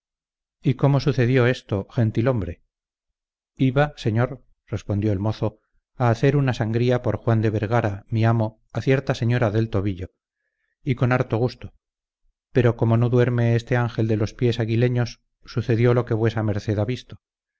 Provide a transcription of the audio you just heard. y cómo sucedió esto gentil hombre iba señor respondió el mozo a hacer una sangría por juan de vergara mi amo a cierta señora del tobillo y con harto gusto pero como no duerme este ángel de los pies aguileños sucedió lo que vuesa merced ha visto